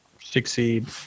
succeed